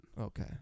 Okay